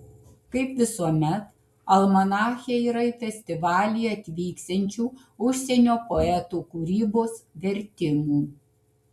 kaip visuomet almanache yra į festivalį atvyksiančių užsienio poetų kūrybos vertimų